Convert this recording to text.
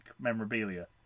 memorabilia